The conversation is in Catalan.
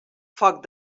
foc